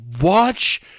watch